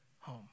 home